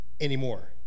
anymore